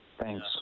thanks